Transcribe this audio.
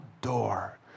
door